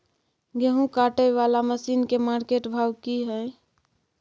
गेहूं काटय वाला मसीन के मार्केट भाव की हय?